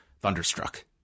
Thunderstruck